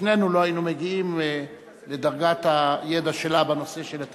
שנינו לא היינו מגיעים לדרגת הידע שלה בנושא של התקשורת,